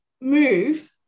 move